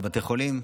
בתי חולים.